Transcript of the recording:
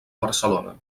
barcelona